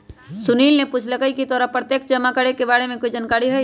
सुनील ने पूछकई की तोरा प्रत्यक्ष जमा के बारे में कोई जानकारी हई